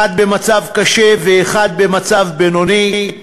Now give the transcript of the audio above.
אחד במצב קשה ואחד במצב בינוני.